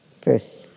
first